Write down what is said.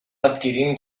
adquirint